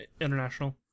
international